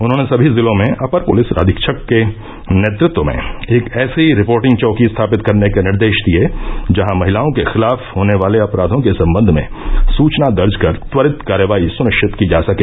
उन्होंने सभी जिलों में अपर पुलिस अधीक्षक के नेतृत्व में एक ऐसी रिपोर्टिंग चौकी स्थापित करने के निर्देश दिये जहां महिलाओं के खिलाफ होने वाले अपराधों के सम्बन्ध में सुचना दर्ज कर त्वरित कार्यवाही सुनिश्चित की जा सके